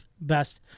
best